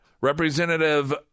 representative